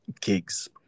gigs